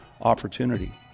opportunity